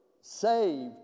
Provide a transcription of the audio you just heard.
saved